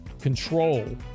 control